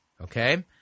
Okay